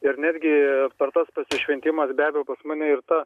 ir netgi aptartas pasišventimas be abejo pas mane ir ta